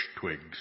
twigs